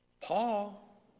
Paul